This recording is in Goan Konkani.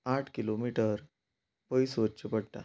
आठ किलोमिटर पयस वचचें पडटा